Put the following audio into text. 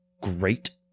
great